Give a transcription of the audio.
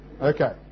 Okay